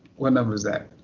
what number is that?